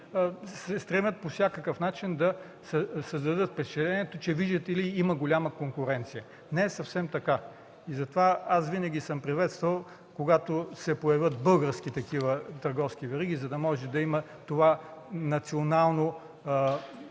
се стремят по всякакъв начин да създадат впечатление, че, видите ли, има голяма конкуренция. Не е съвсем така. Затова аз винаги съм приветствал, когато се появят български търговски вериги, за да може да има това национално,